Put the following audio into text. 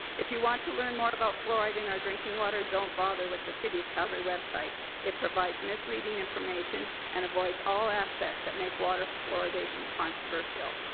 if you want to learn more about fluoride in our drinking water, don't bother with the city of calgary web site. it provides misleading information and avoids all aspects that make water fluoridation controversial.